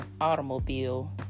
automobile